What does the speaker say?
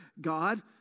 God